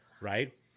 right